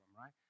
right